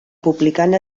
publicant